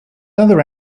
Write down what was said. other